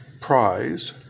prize